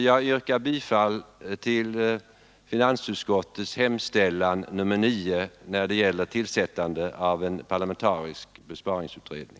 Jag yrkar bifall till finansutskottets hemställan under punkten 9, som gäller tillsättandet av en parlamentarisk besparingsutredning.